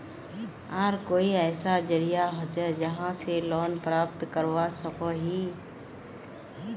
आर कोई ऐसा जरिया होचे जहा से लोन प्राप्त करवा सकोहो ही?